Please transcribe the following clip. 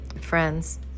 friends